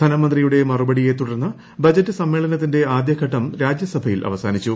ധനമന്ത്രിയുടെ മറുപടിയെ തുടർന്ന് ബജറ്റ് സമ്മേളനത്തിന്റെ ആദ്യഘട്ടം രാജ്യസഭയിൽ അവസാനിച്ചു